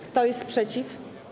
Kto jest przeciw?